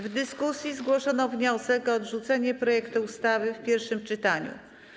W dyskusji zgłoszono wniosek o odrzucenie projektu ustawy w pierwszym czytaniu.